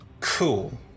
Cool